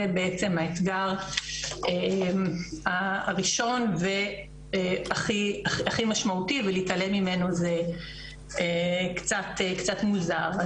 זה בעצם האתגר הראשון והכי משמעותי ולהתעלם ממנו זה קצת מוזר.